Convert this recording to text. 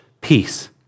peace